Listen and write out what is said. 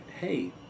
hey